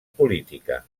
política